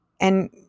And-